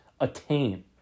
attain